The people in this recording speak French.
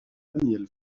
daniel